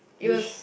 it was